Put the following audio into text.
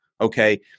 Okay